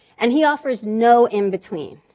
and he offers no in between.